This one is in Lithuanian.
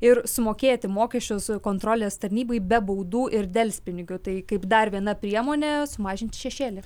ir sumokėti mokesčius kontrolės tarnybai be baudų ir delspinigių tai kaip dar viena priemonė mažinti šešėlį